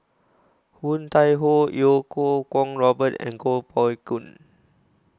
Woon Tai Ho Iau Kuo Kwong Robert and Kuo Pao Kun